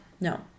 No